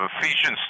Ephesians